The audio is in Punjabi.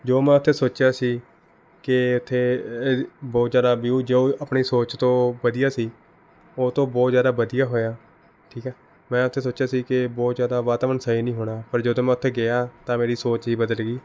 ਜੋ ਮੈਂ ਉੱਥੇ ਸੋਚਿਆ ਸੀ ਕਿ ਇੱਥੇ ਏ ਬਹੁਤ ਜ਼ਿਆਦਾ ਵਿਊ ਜੋ ਆਪਣੇ ਸੋਚ ਤੋਂ ਵਧੀਆ ਸੀ ਉਹ ਤੋਂ ਬਹੁਤ ਜ਼ਿਆਦਾ ਵਧੀਆ ਹੋਇਆ ਠੀਕ ਹੈ ਮੈਂ ਉੱਥੇ ਸੋਚਿਆ ਸੀ ਕਿ ਬਹੁਤ ਜ਼ਿਆਦਾ ਵਾਤਾਵਰਨ ਸਹੀ ਨਹੀਂ ਹੋਣਾ ਪਰ ਜਦੋਂ ਮੈਂ ਉੱਥੇ ਗਿਆ ਤਾਂ ਮੇਰੀ ਸੋਚ ਹੀ ਬਦਲ ਗਈ